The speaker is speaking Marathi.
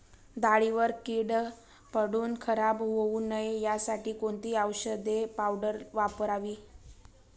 डाळीवर कीड पडून खराब होऊ नये यासाठी कोणती औषधी पावडर वापरावी?